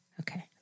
Okay